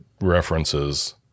references